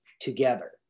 together